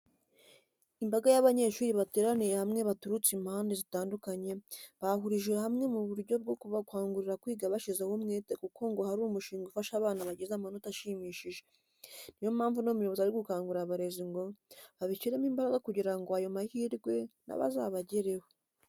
Imbaga y'abanyeshuri bateraniye hamwe baturutse impande zitandukanye, bahurijwe hamwe mu buryo bwo kubakangurira kwiga bashyizeho umwete kuko ngo hari umushinga ufasha abana bagize amanota ashimishije, ni yo mpamvu uno muyobozi ari gukangurira abarezi ngo babishyiremo imbaranga kugira ngo ayo mahirwe na bo azabagereho.